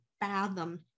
fathom